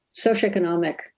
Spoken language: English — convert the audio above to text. socioeconomic